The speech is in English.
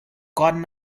gotten